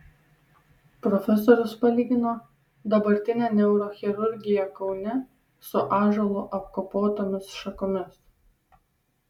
profesorius palygino dabartinę neurochirurgiją kaune su ąžuolu apkapotomis šakomis